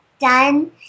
done